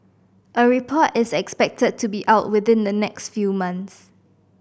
a report is expected to be out within the next few months